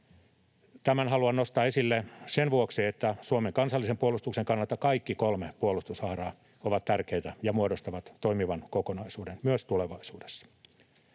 Tämän haluan nostaa esille sen vuoksi, että Suomen kansallisen puolustuksen kannalta kaikki kolme puolustushaaraa ovat tärkeitä ja muodostavat toimivan kokonaisuuden myös tulevaisuudessa.